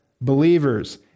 believers